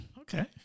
Okay